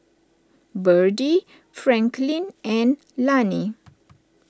Byrdie Franklyn and Lani